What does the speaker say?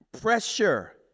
pressure